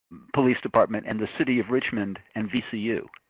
police department and the city of richmond, and vcu?